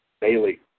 Bailey